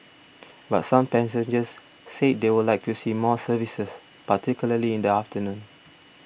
but some passengers said they would like to see more services particularly in the afternoon